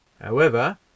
However